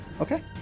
Okay